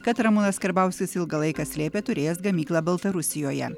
kad ramūnas karbauskis ilgą laiką slėpė turėjęs gamyklą baltarusijoje